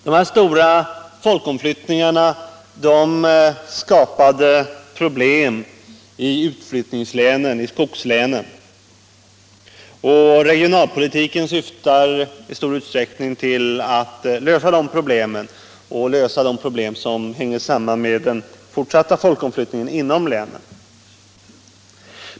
Dessa stora folkomflyttningar skapade problem i utflyttningslänen, dvs. skogslänen, och regionalpolitiken syftar i stor utsträckning till att lösa de problemen liksom de som hänger samman med den fortsatta folkomflyttningen inom länen.